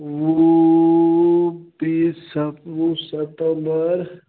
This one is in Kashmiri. بیٖس ستم وُہ ستمبَر